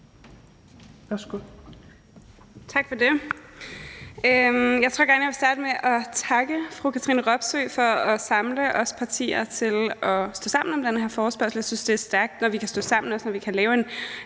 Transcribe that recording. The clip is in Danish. Tak for det. Jeg tror gerne, jeg vil starte med at takke fru Katrine Robsøe for at samle os partier om at stå sammen om den her forespørgsel. Jeg synes, det er stærkt, når vi kan stå sammen, og når vi